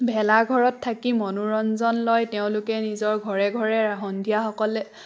ভেলা ঘৰত থাকি মনোৰঞ্জন লয় তেওঁলোকে নিজৰ ঘৰে ঘৰে সন্ধিয়া সকলোৱে